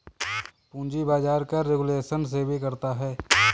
पूंजी बाजार का रेगुलेशन सेबी करता है